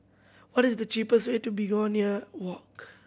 what is the cheapest way to Begonia Walk